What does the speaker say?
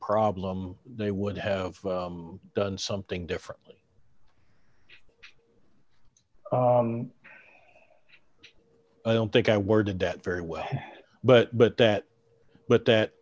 problem they would have done something differently i don't think i worded that very well but but that but that